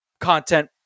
content